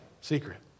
secret